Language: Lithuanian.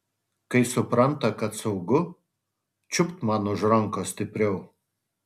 kai supranta kad saugu čiupt man už rankos stipriau